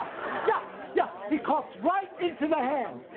and yeah he coughs right into the hand.